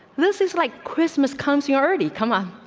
this is like christmas comes. you already come on.